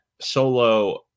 Solo